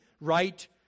right